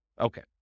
Okay